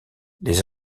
les